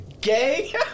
Gay